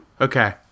Okay